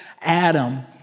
Adam